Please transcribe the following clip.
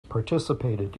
participated